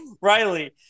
riley